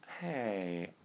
Hey